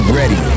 ready